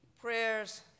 prayers